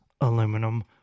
Aluminum